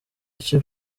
ice